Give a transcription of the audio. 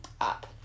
up